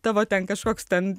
tavo ten kažkoks ten